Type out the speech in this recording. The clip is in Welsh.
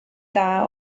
dda